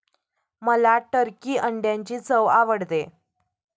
मला टर्की अंड्यांची चव आवडते